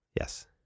Yes